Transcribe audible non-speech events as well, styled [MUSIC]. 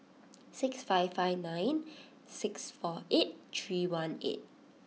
six five five nine [NOISE] six four eight three one eight